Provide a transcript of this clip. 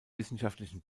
wissenschaftlichen